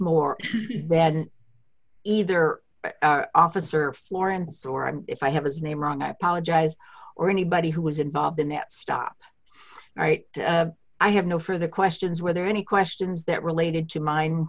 more than either officer florence or i if i have his name wrong i apologize or anybody who was involved in that stop right i have no further questions were there any questions that related to min